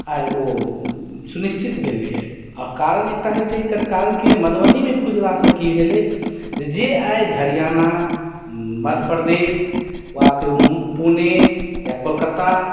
आइ ओ सुनिश्चित भेलै हेँ आ कारण एकटा होइत छै आओर एकर कारण की भेलै मधुबनीमे खुजलासँ की भेलै कि जे आइ हरियाणा मध्य प्रदेश वा पुणे या कोलकाता